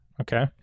Okay